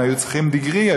הם היו צריכים degree.